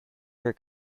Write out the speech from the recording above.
her